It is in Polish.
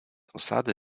osady